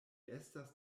estas